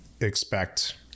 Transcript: expect